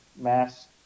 mass